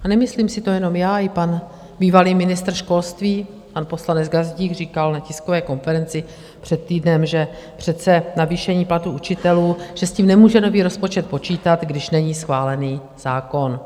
A nemyslím si to jenom já, i pan bývalý ministr školství, pan poslanec Gazdík, říkal na tiskové konferenci před týdnem, že přece navýšení platů učitelů, že s tím nemůže nový rozpočet počítat, když není schválen zákon.